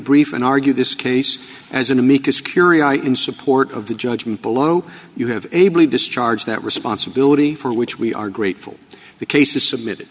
brief and argue this case as an amicus curiae in support of the judgment below you have ably discharged that responsibility for which we are grateful the case is submitted